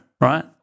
Right